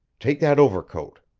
take that overcoat.